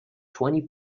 twenty